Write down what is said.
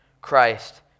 Christ